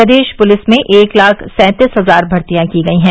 प्रदेश police में एक लाख सैंतीस हजार भर्तियां की गयी हैं